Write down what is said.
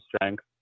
strength